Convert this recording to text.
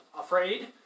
afraid